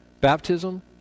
baptism